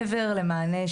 מענה.